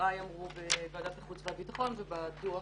בוועדת החוץ והביטחון ובדוח